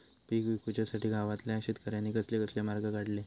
पीक विकुच्यासाठी गावातल्या शेतकऱ्यांनी कसले कसले मार्ग काढले?